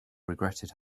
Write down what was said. regretted